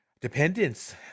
dependence